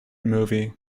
movie